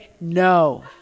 No